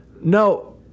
No